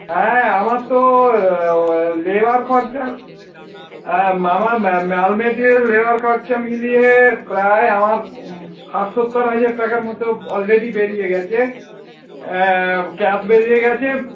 হ্যাঁ আমার তো লেবার খরচা আমার মাল মেটিরিয়াল লেবার খরচা মিলিয়ে প্রায় আমার ষাট সত্তর হাজার টাকার মতো অলরেডি বেরিয়ে গেছে ক্যাশ বেরিয়ে গেছে